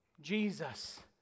Jesus